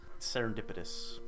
serendipitous